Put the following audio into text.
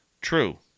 True